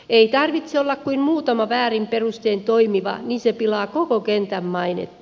ei tarvitse olla kuin muutama väärin perustein toimiva niin se pilaa koko kentän mainetta